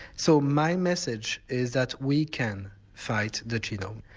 so my message is that we can fight the genome.